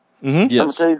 Yes